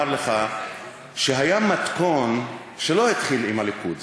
לך שהיה מתכון שלא התחיל עם הליכוד.